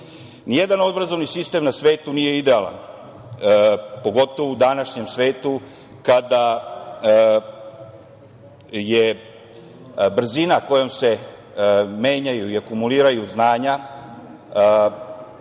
analiza. Nijedan obrazovni sistem na svetu nije idealan, pogotovo u današnjem svetu kada brzina kojom se menjaju i akumuliraju znanja